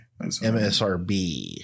MSRB